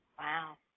Wow